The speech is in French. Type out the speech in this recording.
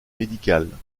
médicale